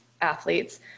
athletes